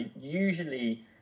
Usually